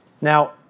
Now